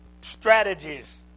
strategies